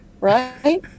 Right